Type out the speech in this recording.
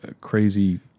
crazy